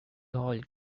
hall